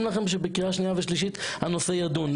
לכם שבקריאה שנייה ושלישית הנושא ידון.